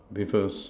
with a SA~